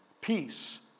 peace